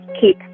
keep